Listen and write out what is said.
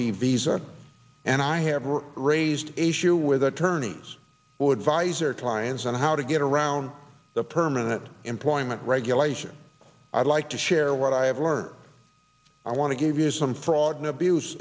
b visa and i have raised a shoe with attorneys who would visor clients on how to get around the permanent employment regulations i'd like to share what i have learned i want to give you some fraud and abuse